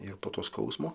ir po to skausmo